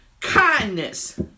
kindness